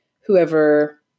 whoever